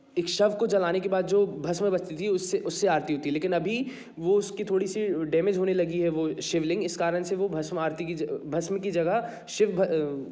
एक शव को जलाने के बाद जो भस्म बचती थी उससे उससे आरती होती लेकिन अभी वो उसकी थोड़ी सी डैमेज होने लगी है वो शिवलिंग इस कारण से वो भस्म आरती की भस्म की जगह शिव